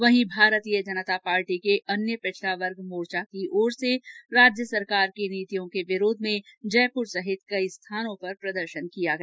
वहीं भारतीय जनता पार्टी के अन्य पिछडा वर्ग मोर्चा की ओर से राज्य सरकार की नीतियों के विरोध में जयपुर सहित कई स्थानों पर प्रदर्शन किया गया